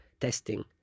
testing